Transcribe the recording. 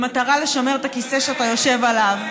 במטרה לשמר את הכיסא שאתה יושב עליו.